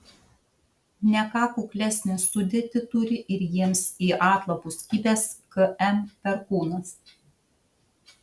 ne ką kuklesnę sudėtį turi ir jiems į atlapus kibęs km perkūnas